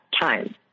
time